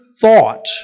thought